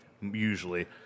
usually